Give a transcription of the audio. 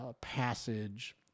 passage